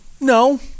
No